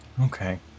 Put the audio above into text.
Okay